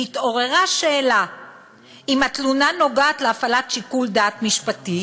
"התעוררה שאלה אם התלונה נוגעת להפעלת שיקול דעת משפטי,